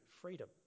freedom